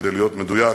כדי להיות מדויק,